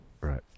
Right